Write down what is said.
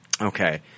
okay